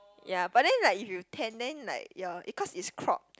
ya but then like if you tan then like your it cause it's crop